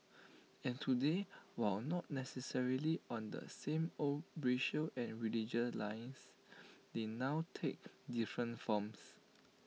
and today while not necessarily on the same old racial and religious lines they now take different forms